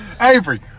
Avery